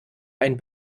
ein